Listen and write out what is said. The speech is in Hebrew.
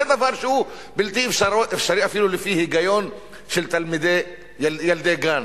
זה דבר שהוא בלתי אפשרי אפילו לפי היגיון של ילדי גן.